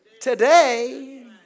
today